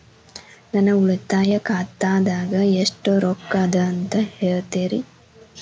ನನ್ನ ಉಳಿತಾಯ ಖಾತಾದಾಗ ಎಷ್ಟ ರೊಕ್ಕ ಅದ ಅಂತ ಹೇಳ್ತೇರಿ?